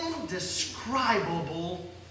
indescribable